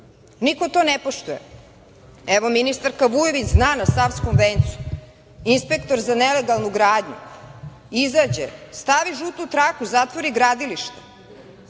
Niko to ne poštuje. Evo, ministarka Vujović zna na Savkom vencu, inspektor za nelegalnu gradnju izađe, stavi žutu traku, zatvori gradilište,